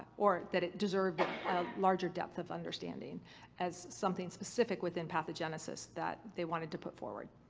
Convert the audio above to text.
or that it deserved a larger depth of understanding as something specific within pathogenesis that they wanted to put forward.